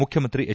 ಮುಖ್ಯಮಂತ್ರಿ ಎಚ್